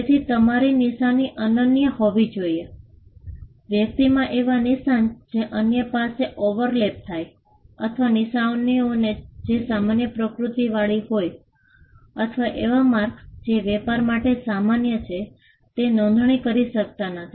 તેથી તમારી નિશાની અનન્ય હોવી જોઈએ હકીકતમાં એવા નિશાન જે અન્ય સાથે ઓવરલેપ થાય અથવા નિશાનીઓ જે સામાન્ય પ્રકૃતિવાળી હોય અથવા એવા માર્કસ જે વેપાર માટે સામાન્ય છે તે નોંધણી કરી શકાતા નથી